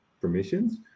permissions